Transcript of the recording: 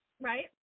right